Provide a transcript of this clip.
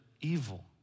evil